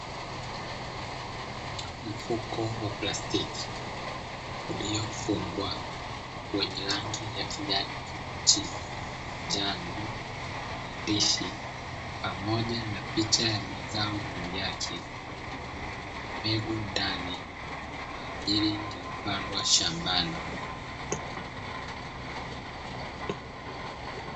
Mfuko wa plastiki uliofungwa wenye rangi ya kijani kibichi, njano, maandishi pamoja na picha ya mazao juu yake wenye mbegu ndani kwa ajili ya kupandwa shambani.